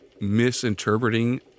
misinterpreting